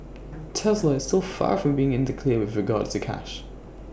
Tesla is still far from being in the clear with regards to cash